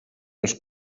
els